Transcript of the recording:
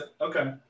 okay